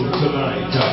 tonight